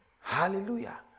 Hallelujah